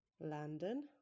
Landon